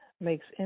makes